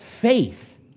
faith